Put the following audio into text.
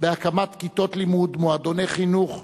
בהקמת כיתות לימוד, מועדוני חינוך,